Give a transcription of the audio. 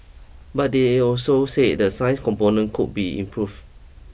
but they also said the science component could be improved